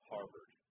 Harvard